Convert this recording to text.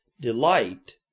delight